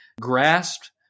grasped